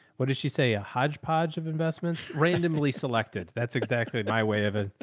what did she say? a hodgepodge of investments randomly selected. that's exactly my way of ah